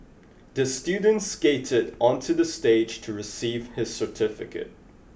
the student skated onto the stage to receive his certificate